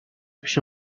پیش